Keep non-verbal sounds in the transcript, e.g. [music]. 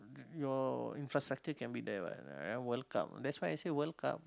your infrastructure can be there what [noise] World-Cup that's why I say World-Cup